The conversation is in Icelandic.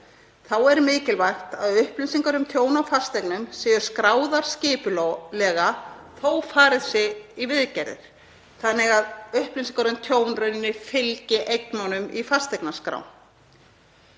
Þá er mikilvægt að upplýsingar um tjón á fasteignum séu skráðar skipulega þótt farið sé í viðgerðir þannig að upplýsingar um tjón fylgi eignunum í fasteignaskrá.